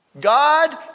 God